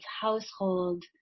household